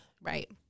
Right